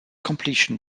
completion